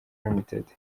ltd